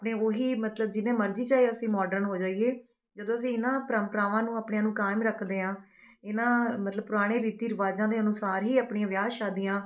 ਆਪਣੇ ਉਹੀ ਮਤਲਬ ਜਿੰਨੇ ਮਰਜ਼ੀ ਚਾਹੇ ਅਸੀਂ ਮੌਡਰਨ ਹੋ ਜਾਈਏ ਜਦੋਂ ਅਸੀਂ ਇਹਨਾਂ ਪਰੰਪਰਾਵਾਂ ਨੂੰ ਆਪਣਿਆਂ ਨੂੰ ਕਾਇਮ ਰੱਖਦੇ ਹਾਂ ਇਹਨਾਂ ਮਤਲਬ ਪੁਰਾਣੇ ਰੀਤੀ ਰਿਵਾਜ਼ਾਂ ਦੇ ਅਨੁਸਾਰ ਹੀ ਆਪਣੀਆਂ ਵਿਆਹ ਸ਼ਾਦੀਆਂ